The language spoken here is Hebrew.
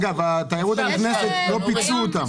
אגב, התיירות הנכנסת לא פיצו אותם.